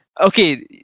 okay